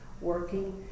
working